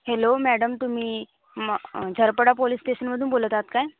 hello madam तुम्ही म Jharpada police स्टेशनमधून बोलत आहात काय